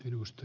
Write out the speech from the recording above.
minusta